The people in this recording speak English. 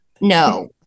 No